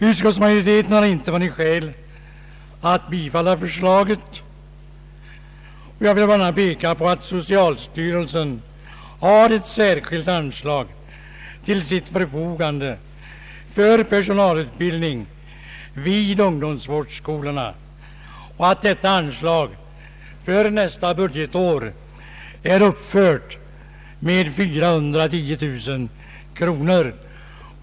Utskottsmajoriteten har inte funnit skäl att bifalla förslaget. Jag vill bl.a. peka på att socialstyrelsen har ett särskilt anslag till sitt förfogande för personalutbildning vid ungdomsvårdsskolorna och att detta anslag för nästa budgetår är uppfört med 410 000 kronor.